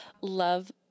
love